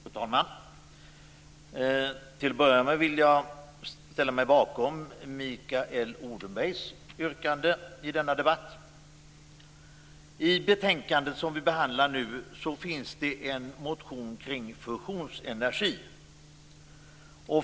Fru talman! Till att börja med vill jag ställa mig bakom Mikael Odenbergs yrkande i denna debatt. I detta betänkande behandlas en motion om fusionsenergi.